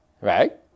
Right